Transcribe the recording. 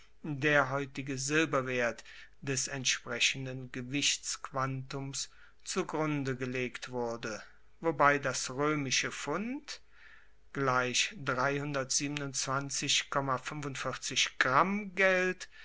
der heutige silberwert des entsprechenden gewichtsquantums zugrunde gelegt wurde wobei das roemische pfund